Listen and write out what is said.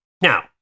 Now